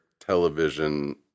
television